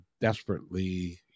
desperately